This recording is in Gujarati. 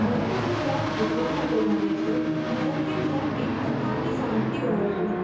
મને મારું ગામ એટલા માટે ગમે છે કારણ કે ત્યાં એક પ્રકારની શાંતિ હોય છે